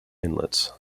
inlets